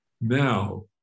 Now